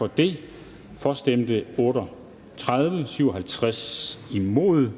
for eller imod stemte 0.